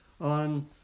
on